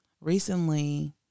Recently